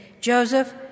Joseph